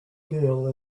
girl